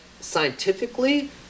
scientifically